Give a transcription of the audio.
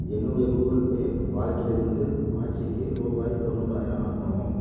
என்னுடைய Google Pay வாலட்டிலிருந்து ஆச்சிக்கு ரூபாய் தொண்ணூறாயிரம் அனுப்பவும்